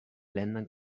ländern